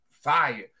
fire